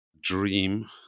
dream